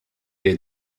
est